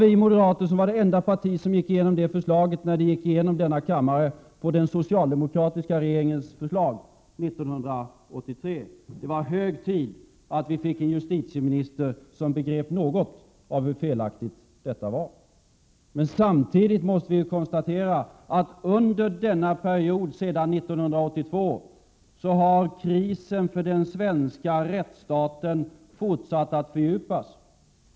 Vi moderater var för övrigt det enda parti som var emot det när detta förslag från den socialdemokratiska regeringen gick igenom i denna kammare 1983. Det var hög tid att vi fick en justitieminister som något begrep hur felaktigt detta var. Men vi måste samtidigt konstatera att krisen för den svenska rättsstaten har fortsatt att fördjupas sedan 1982.